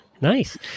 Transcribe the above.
Nice